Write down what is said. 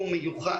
הם נאלצים להישאר